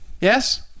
Yes